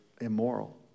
immoral